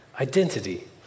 identity